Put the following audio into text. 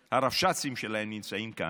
שהרבש"צים שלהם נמצאים כאן,